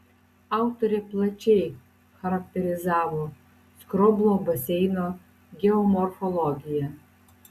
autorė plačiai charakterizavo skroblo baseino geomorfologiją